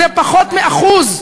זה פחות מ-1%.